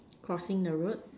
crossing the road